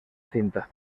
cinta